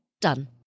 done